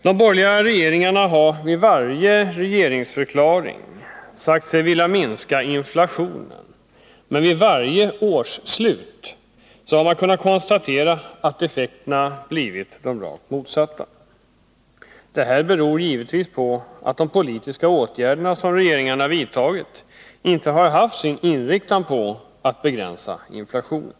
De borgerliga regeringarna har vid varje regeringsförklaring sagt sig vilja minska inflationen, men vid varje års slut har man kunnat konstatera att effekten blivit den rakt motsatta. Detta beror givetvis på att de politiska åtgärder som regeringarna har vidtagit inte har inriktats på en begränsning av inflationen.